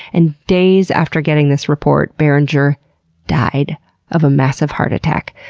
and days after getting this report barringer died of a massive heart attack.